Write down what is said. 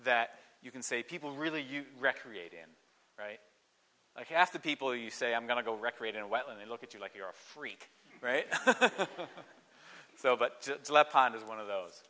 that you can say people really you recreate in right ok at the people you say i'm going to go recreate in a while and they look at you like you're a freak right so but pond is one of those